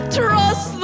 trust